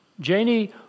Janie